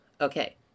Okay